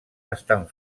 estan